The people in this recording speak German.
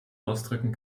ausdrücken